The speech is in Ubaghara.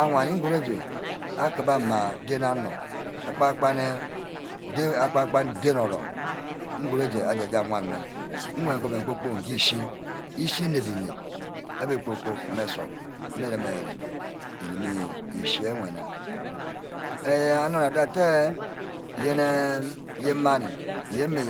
Awani ngure aj́e akiba mma ren onor akpan akpan den orung nguru aje je awan mme nwan mme oven kpor-kpork nge echi. echi nep-enep agbe kpor-kpork mme nsup mme reme arem îgume ishi ewe nna eh anor nna dotte yene. yen mani yen mmi